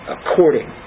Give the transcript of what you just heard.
According